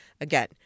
Again